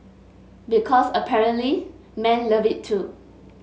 because apparently men love it too